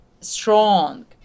strong